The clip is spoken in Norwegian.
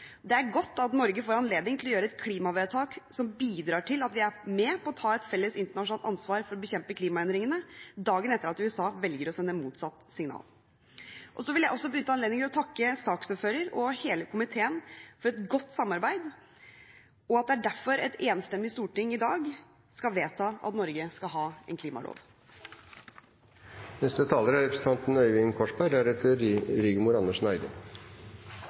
Det er godt at Norge får anledning til å gjøre et klimavedtak som bidrar til at vi er med på å ta et felles internasjonalt ansvar for å bekjempe klimaendringene dagen etter at USA velger å sende motsatt signal. Jeg vil også benytte anledningen til å takke saksordføreren og hele komiteen for et godt samarbeid. Det er derfor et enstemmig storting i dag skal vedta at Norge skal ha en klimalov. Jeg er